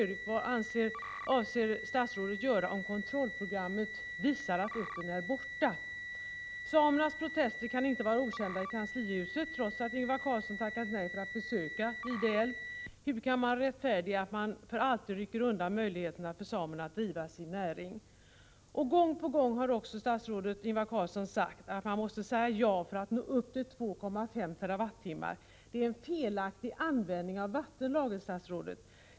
Vad avser statsrådet att göra om kontrollprogrammet visar att uttern är borta? " Samernas protester kan inte vara okända i kanslihuset, trots att Ingvar Carlsson tackat nej till att besöka Gide älv. Hur kan man rättfärdiga att man för alltid rycker undan möjligheterna för samerna att driva sin näring? Gång på gång har statsrådet Ingvar Carlsson sagt att man måste säga ja för att nå upp till 2,5 TWh. Det är en felaktig användning av vattenlagen, statsrådet.